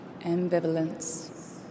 ambivalence